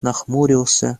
нахмурился